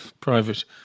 Private